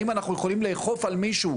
האם אנחנו יכולים לאכוף על מישהו,